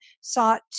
sought